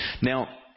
Now